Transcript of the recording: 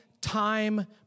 time